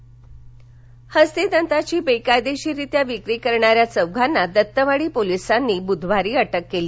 हस्तिदंत हस्तिदंताची बेकायदेशीररीत्या विक्री करणाऱ्या चौघांना दत्तवाडी पोलिसांनी बुधवारी अटक केली